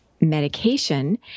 medication